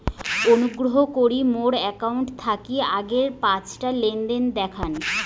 অনুগ্রহ করি মোর অ্যাকাউন্ট থাকি আগের পাঁচটা লেনদেন দেখান